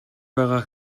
байгаа